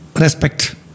respect